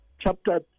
Chapter